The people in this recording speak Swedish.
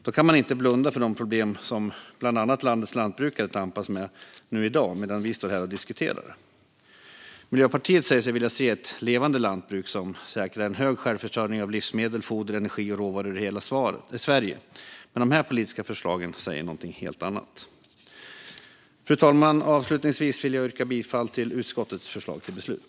Då kan man inte blunda för de problem som bland annat landets lantbrukare tampas med i dag medan vi står här och diskuterar. Miljöpartiet säger sig vilja se ett levande lantbruk som säkrar en hög självförsörjning av livsmedel, foder, energi och råvaror i hela Sverige. Dessa politiska förslag säger något helt annat. Fru talman! Avslutningsvis vill jag yrka bifall till utskottets förslag till beslut.